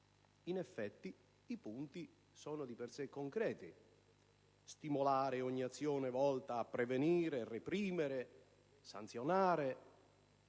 in effetti i punti sono di per sé concreti: stimolare ogni azione volta a prevenire, reprimere, sanzionare,